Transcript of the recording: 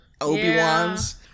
Obi-Wan's